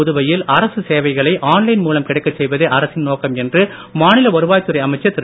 புதுவையில் அரசு சேவைகளை ஆன்லைன் மூலம் கிடைக்கச் செய்வதே அரசின் நோக்கம் என்று மாநில வருவாய்த் துறை அமைச்சர் திரு